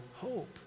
hope